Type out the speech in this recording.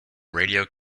radio